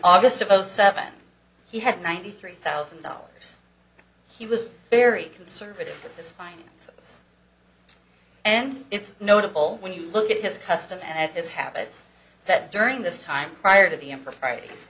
august of zero seven he had ninety three thousand dollars he was very conservative despite its and it's notable when you look at his custom and his habits that during this time prior to the improprieties